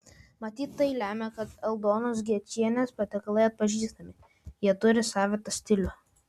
matyt tai lemia kad aldonos gečienės patiekalai atpažįstami jie turi savitą stilių